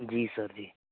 जी सरजी